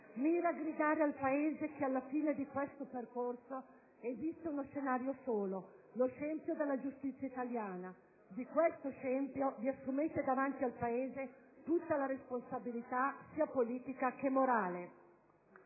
...*mira a gridare al Paese che alla fine di questo percorso esiste uno scenario solo: lo scempio della giustizia italiana. Di questo scempio vi assumete davanti al Paese tutta la responsabilità, sia politica che morale.